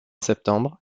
septembre